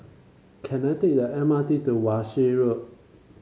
can I take the M R T to Wan Shih Road